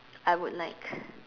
I would like